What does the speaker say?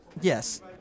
Yes